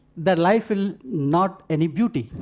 their life will not any beauty.